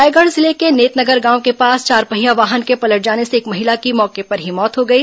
रायगढ़ जिले के नेतनगर गांव के पास चारपहिया वाहन के पलट जाने से एक महिला की मौके पर ही मौत हो गई